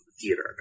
theater